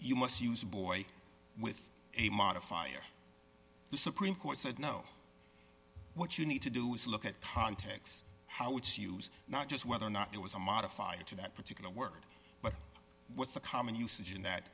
you must use boy with a modifier the supreme court said no what you need to do is look at context how it's use not just whether or not it was a modified to that particular word but what the common usage in that